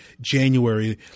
January